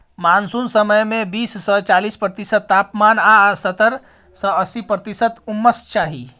monsoon समय मे बीस सँ चालीस प्रतिशत तापमान आ सत्तर सँ अस्सी प्रतिशत उम्मस चाही